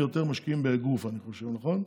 אני חושב, משקיעים יותר באגרוף, נכון?